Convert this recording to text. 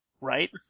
Right